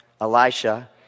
Elisha